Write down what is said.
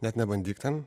net nebandyk ten